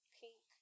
pink